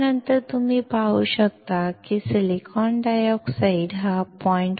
त्यानंतर तुम्ही पाहू शकता की सिलिकॉन डायऑक्साइड हा 0